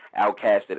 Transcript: outcasted